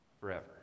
forever